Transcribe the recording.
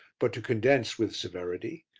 but to condense with severity,